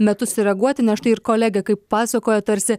metu sureaguoti nes štai ir kolegė kaip pasakojo tarsi